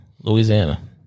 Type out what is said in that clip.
Louisiana